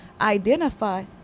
identify